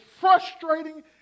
frustrating